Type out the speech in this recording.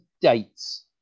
dates